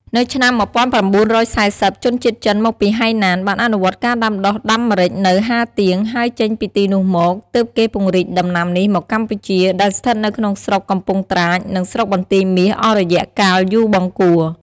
នៅឆ្នាំ១៩៤០ ជនជាតិចិនមកពីហៃណាន បានអនុវត្តការដាំដុះដាំម្រេចនៅ ហាទៀង ហើយចេញពីទីនោះមក ទើបគេពង្រីកដំណាំនេះមកកម្ពុជា ដែលស្ថិតនៅក្នុងស្រុក កំពង់ត្រាច និងស្រុកបន្ទាយមាស អស់រយៈកាលយូរបង្គួរ។